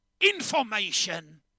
information